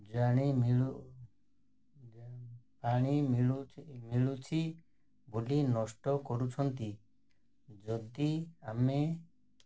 ଜାଣି ପାଣି ମିଳୁ ମିଳୁଛି ବୋଲି ନଷ୍ଟ କରୁଛନ୍ତି ଯଦି ଆମେ